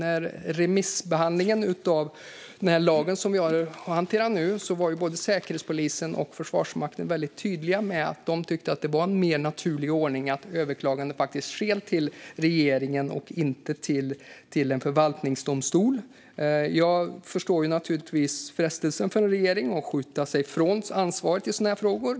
Vid remissbehandlingen av lagen som hanteras nu var både Säkerhetspolisen och Försvarsmakten tydliga med att de tyckte att det var en mer naturlig ordning att överklaganden faktiskt sker till regeringen och inte till en förvaltningsdomstol. Jag förstår naturligtvis frestelsen för regeringen att skjuta ifrån sig ansvaret i sådana frågor.